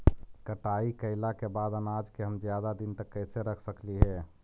कटाई कैला के बाद अनाज के हम ज्यादा दिन तक कैसे रख सकली हे?